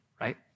right